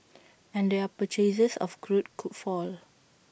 and their purchases of crude could fall